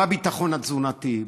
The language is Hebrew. בביטחון התזונתי,